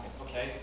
okay